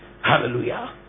Hallelujah